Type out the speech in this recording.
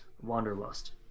Wanderlust